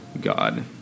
God